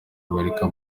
amerika